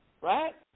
Right